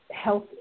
Health